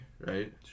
right